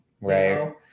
Right